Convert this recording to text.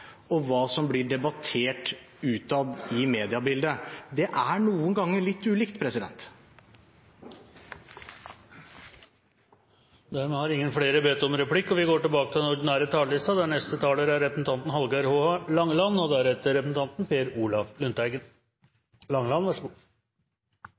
og hva som blir debattert utad, i media. Det er noen ganger litt ulikt. Flere har ikke bedt om ordet til replikk.